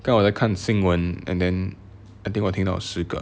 刚才我在看新闻 and then I think 我听到十个